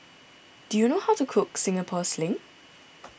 do you know how to Cook Singapore Sling